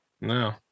No